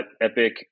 Epic